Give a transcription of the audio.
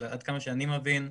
אבל עד כמה שאני מבין,